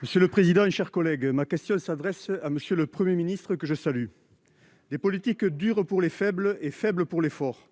Monsieur le président, mes chers collègues, ma question s'adresse à monsieur le Premier ministre, que je salue. Des politiques dures pour les faibles et faibles pour les forts